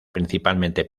principalmente